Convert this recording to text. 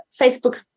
Facebook